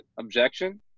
objection